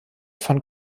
von